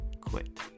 quit